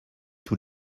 tous